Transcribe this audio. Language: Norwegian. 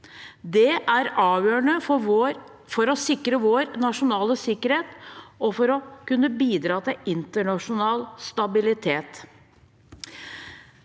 Det er avgjørende for å sikre vår nasjonale sikkerhet og for å kunne bidra til internasjonal stabilitet.